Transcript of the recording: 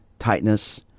tightness